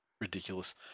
Ridiculous